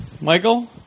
Michael